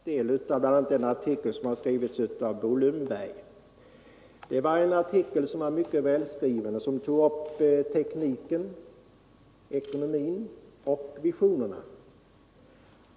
Herr talman! Jag skulle vilja säga till herr Lothigius att jag har tagit del av den artikel som har skrivits av Bo Lundberg. Det var en mycket välskriven artikel som tog upp tekniken, ekonomin och visionerna.